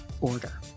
order